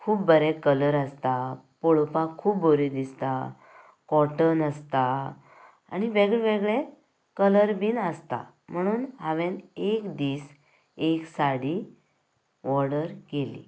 खूब बरें कलर आसतात पळोवपाक खूब बरी दिसता काॅटन आसता आनी वेगळे वेगळे कलर बीन आसता म्हुणून हांवेन एक दीस एक साडी वॉर्डर केली